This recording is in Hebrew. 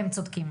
והם צודקים.